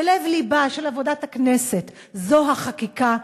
ולב-לבה של עבודת הכנסת הוא החקיקה,